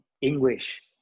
English